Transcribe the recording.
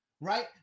Right